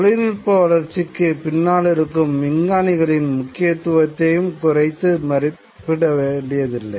தொழில்நுட்ப வளர்ச்சிக்கு பின்னாலிருக்கும் விஞ்ஞானிகளின் முக்கியத்துவத்தையும் குறைத்து மதிப்பிட வேண்டியதில்லை